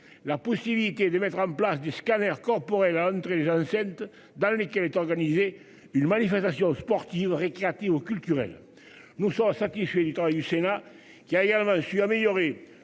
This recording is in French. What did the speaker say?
la possibilité de mettre en place des scanners corporels entrer enceintes. Dans lesquelles est organisé une manifestation sportive ou récréative ou culturelle. Nous sommes satisfaits du travail du Sénat qui aille à suis améliorer